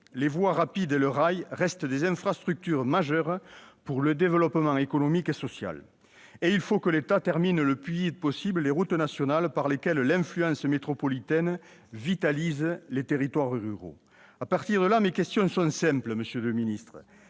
les voies rapides et le rail restent des infrastructures majeures pour le développement économique et social. En particulier, il faut que l'État termine le plus vite possible les routes nationales, par lesquelles l'influence métropolitaine vitalise les territoires ruraux. Dès lors, monsieur le ministre,